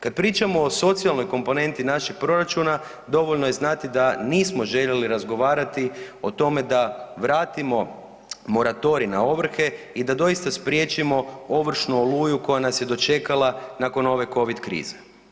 Kada pričamo o socijalnoj komponenti našeg proračuna, dovoljno je znati da nismo željeli razgovarati o tome da vratimo moratorij na ovrhe i da doista spriječimo ovršnu oluju koja nas je dočekala nakon ove covid krize.